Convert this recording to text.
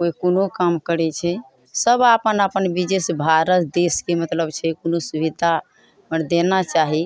कोइ कोनो काम करै छै सभ अपन अपन बिजनेस भारत देशके मतलब छै कोनो सुविधा देना चाही